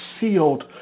sealed